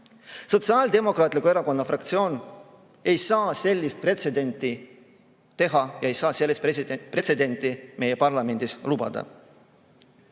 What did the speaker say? Sotsiaaldemokraatliku Erakonna fraktsioon ei saa sellist pretsedenti teha ega sellist pretsedenti meie parlamendis lubada.